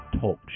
Talk